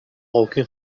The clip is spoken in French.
aucune